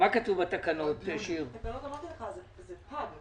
לתקן מחדש